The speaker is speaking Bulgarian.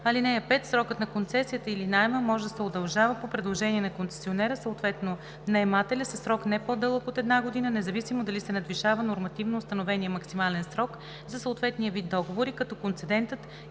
за наем. (5) Срокът на концесията или наема може да се удължава по предложение на концесионера, съответно наемателя със срок не по-дълъг от една година, независимо дали се надвишава нормативно установения максимален срок за съответния вид договори, като концедентът